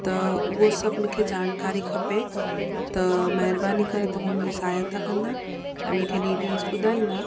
त उहो सभु मूंखे जानकारी खपे त महिरबानी करे तव्हां मुंहिंजी सहायता कंदा ऐं मूंखे डिटेल्स ॿुधाईंदा